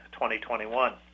2021